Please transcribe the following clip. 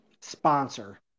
sponsor